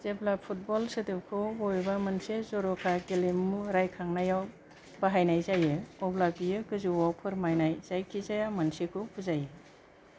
जेब्ला फुटबल सोदोबखौ बबेबा मोनसे जर'खा गेलेमु राइखांनायाव बाहायनाय जायो अब्ला बेयो गोजौवाव फोरमायनाय जायखिजाया मोनसेखौ बुजायो